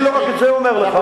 אני לא רק את זה אומר לך,